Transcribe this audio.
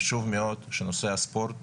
חשוב מאוד שנושא הספורט